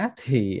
thì